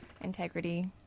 integrity